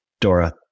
Dora